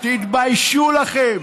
תתביישו לכם.